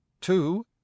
two